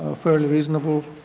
ah fairly reasonable